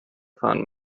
fahren